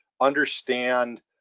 understand